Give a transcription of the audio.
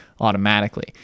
automatically